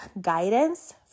guidance